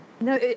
No